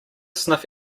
sniff